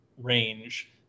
range